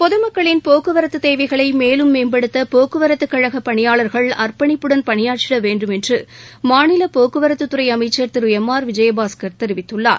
பொதுமக்களின் போக்குவரத்து தேவைகளை மேலும் மேம்படுத்த போக்குவரத்து கழக பணியாளர்கள் அர்ப்பணிப்புடன் பணியாற்றிட வேண்டும் என்று மாநில போக்குவரத்து துறை அமைச்சர் திரு எம் ஆர் விஜயபாஸ்கர் தெரிவித்துள்ளார்